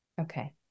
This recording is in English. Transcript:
Okay